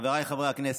חבריי חברי הכנסת,